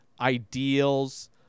ideals